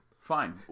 Fine